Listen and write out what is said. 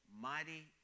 mighty